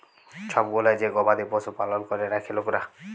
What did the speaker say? ছব গুলা যে গবাদি পশু পালল ক্যরে রাখ্যে লকরা